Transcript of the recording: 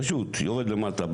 פשוט יורד למטה.